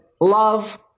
love